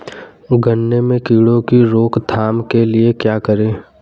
गन्ने में कीड़ों की रोक थाम के लिये क्या करें?